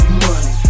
money